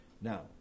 Now